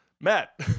Matt